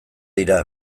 dira